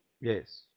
Yes